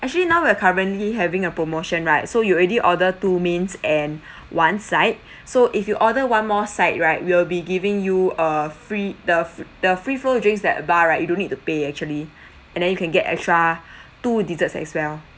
actually now we're currently having a promotion right so you already order two mains and one side so if you order one more side right we'll be giving you a free the the free flow drinks that bar right you don't need to pay actually and then you can get extra two desserts as well